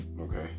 Okay